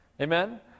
Amen